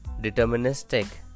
deterministic